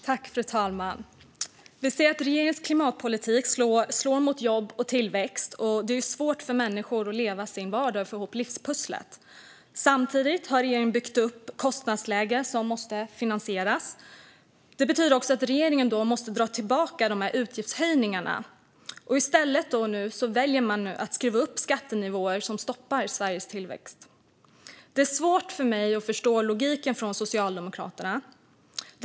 Fru talman! Vi ser att regeringens klimatpolitik slår mot jobb och tillväxt och gör det svårt för människor att få ihop livspusslet i sin vardag. Samtidigt har regeringen byggt upp ett kostnadsläge som måste finansieras. Det betyder att regeringen måste dra tillbaka utgiftshöjningarna. I stället väljer man att skruva upp skattenivåerna, vilket stoppar Sveriges tillväxt. Det är svårt för mig att förstå Socialdemokraternas logik.